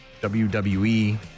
WWE